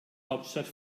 hauptstadt